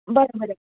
बरें बरें